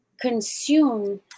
consume